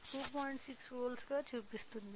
6 వోల్ట్లుగా చూపిస్తుంది